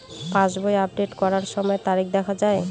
পাসবই update করার সময়ে তারিখ দেখা য়ায়?